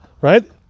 Right